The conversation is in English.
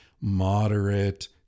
moderate